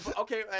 Okay